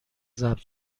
ضبط